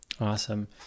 Awesome